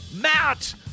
Matt